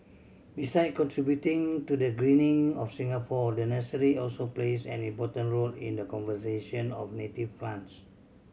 beside contributing to the greening of Singapore the nursery also plays an important role in the conservation of native plants